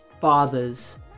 fathers